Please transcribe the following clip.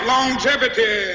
Longevity